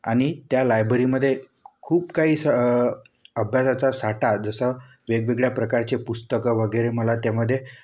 आणि त्या लायबरीमध्ये खूप काही असं अभ्यासाचा साठा जसं वेगवेगळ्या प्रकारचे पुस्तकं वगैरे मला त्यामध्ये